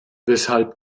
weshalb